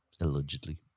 Allegedly